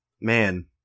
Man